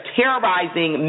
terrorizing